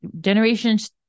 generations